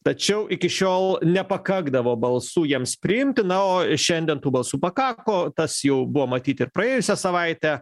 tačiau iki šiol nepakakdavo balsų jiems priimti na o šiandien tų balsų pakako tas jau buvo matyt ir praėjusią savaitę